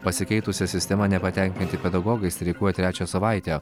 pasikeitusia sistema nepatenkinti pedagogai streikuoja trečią savaitę